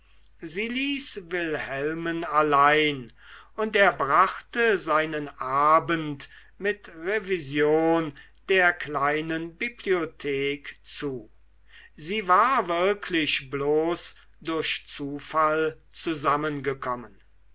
wilhelmen allein und er brachte seinen abend mit revision der kleinen bibliothek zu sie war wirklich bloß durch zufall zusammengekommen